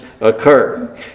occur